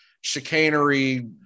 chicanery